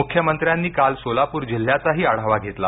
मुख्यमंत्र्यांनी काल सोलापूर जिल्ह्याचाही आढावा घेतला